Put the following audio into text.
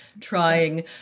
trying